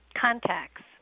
contacts